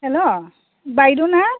hello बायद'ना